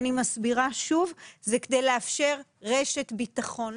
אני מסבירה שוב ואומרת שזה כדי לאפשר רשת ביטחון.